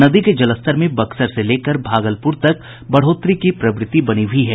नदी के जलस्तर में बक्सर से लेकर भागलप्र तक बढ़ोतरी की प्रवृति बनी हुयी है